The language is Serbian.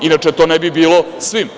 Inače to ne bi bilo svim.